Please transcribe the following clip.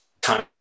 time